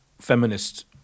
feminist